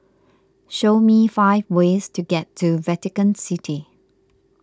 show me five ways to get to Vatican City